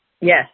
Yes